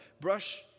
Brush